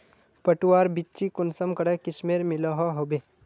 पटवार बिच्ची कुंसम करे किस्मेर मिलोहो होबे?